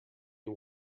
you